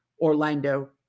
Orlando